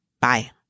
Bye